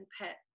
pet